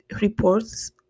reports